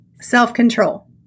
self-control